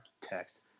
text